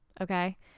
Okay